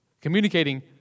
Communicating